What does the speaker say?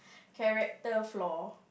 character flaw